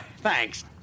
Thanks